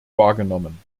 wahrgenommen